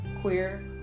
queer